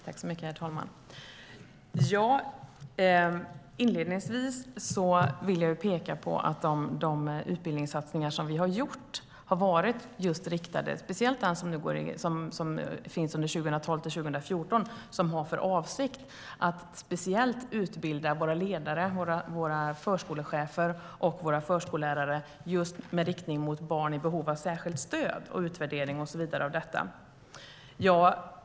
Herr talman! Inledningsvis vill jag påpeka att de utbildningsinsatser som vi har gjort, speciellt de för 2012-2014, har som syfte att utbilda våra ledare, våra förskolechefer och våra förskollärare med riktning mot barn i behov av särskilt stöd samt utvärdering av detta.